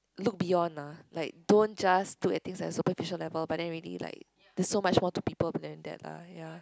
look beyond ah like don't just look at things at superficial level but then really like there's so much more to people behind that lah ya